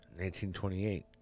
1928